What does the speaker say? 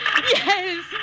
Yes